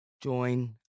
join